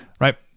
right